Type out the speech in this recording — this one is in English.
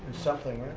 something,